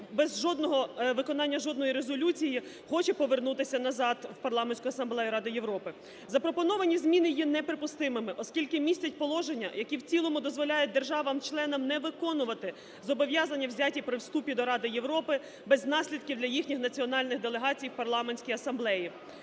виконання жодної резолюції хоче повернутися назад в Парламентську Асамблею Ради Європи. Запропоновані зміни є неприпустимими, оскільки містять положення, які в цілому дозволяють державам-членам не виконувати зобов'язання, взяті при вступі до Ради Європи, без наслідків для їхніх національних делегацій в Парламентській Асамблеї.